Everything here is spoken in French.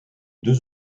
deux